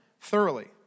thoroughly